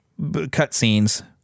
cutscenes